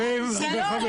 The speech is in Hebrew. לא, לא,